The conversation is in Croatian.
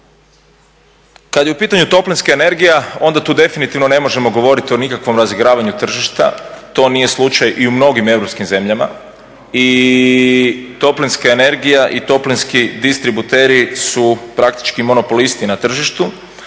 Kad je u pitanju toplinska energija onda tu definitivno ne možemo govoriti o nikakvom razigravanju tržišta. To nije slučaj i u mnogim europskim zemljama i toplinska energija i toplinski distributeri su praktički monopolisti na tržištu.